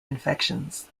infections